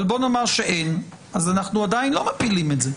אם אין, אנחנו עדיין לא מפילים את זה.